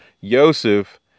Yosef